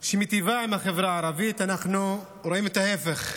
שמיטיבה עם החברה הערבית, אנחנו רואים את ההפך,